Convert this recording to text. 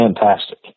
fantastic